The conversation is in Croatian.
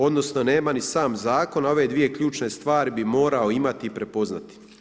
Odnosno, nema ni sam zakon, a ove dvije ključne stvari bi morao imati i prepoznati.